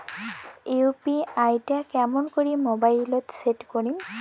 UPI টা কেমন করি মোবাইলত সেট করিম?